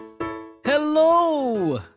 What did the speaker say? Hello